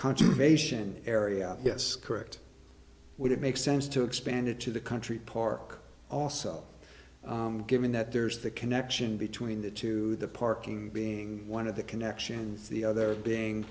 conservation area yes correct would it make sense to expand it to the country park also given that there's the connection between the two the parking being one of the connection and the other being